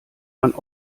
man